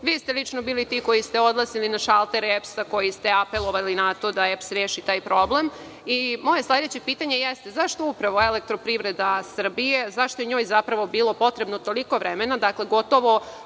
vi ste lično bili ti koji ste odlazili na šaltere EPS, koji ste apelovali na to da EPS reši taj problem i moje sledeće pitanje jeste, zašto upravo EPS, zašto je njoj zapravo bilo potrebno toliko vremena, gotovo